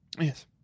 Yes